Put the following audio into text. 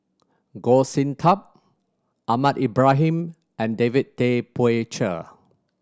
Goh Sin Tub Ahmad Ibrahim and David Tay Poey Cher